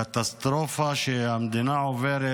הקטסטרופה שהמדינה עוברת